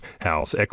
house